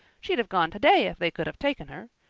she'd have gone today if they could have taken her.